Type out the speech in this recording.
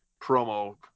promo